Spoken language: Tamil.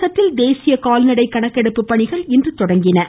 தமிழகத்தில் தேசிய கால்நடை கணக்கெடுப்பு பணிகள் இன்று தொடங்கியுள்ளன